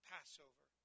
Passover